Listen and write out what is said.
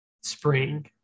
Spring